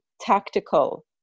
tactical